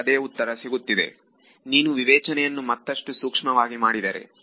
ನಿನಗೆ ಅದೇ ಉತ್ತರ ಸಿಗುತ್ತದೆ ನೀನು ವಿವೇಚನೆಯನ್ನು ಮತ್ತಷ್ಟು ಸೂಕ್ಷ್ಮವಾಗಿ ಮಾಡಿದರೆ